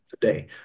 today